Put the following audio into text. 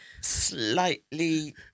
slightly